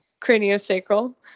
Craniosacral